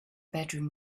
bedroom